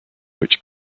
which